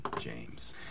James